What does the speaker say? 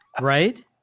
Right